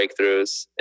breakthroughs